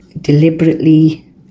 deliberately